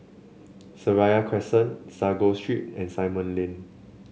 Seraya Crescent Sago Street and Simon Lane